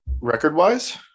Record-wise